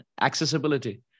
accessibility